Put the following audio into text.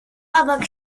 obok